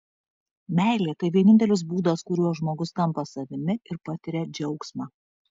meilė tai vienintelis būdas kuriuo žmogus tampa savimi ir patiria džiaugsmą